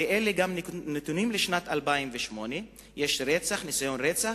גם אלה נתונים לשנת 2008. יש ניסיון לרצח,